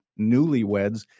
newlyweds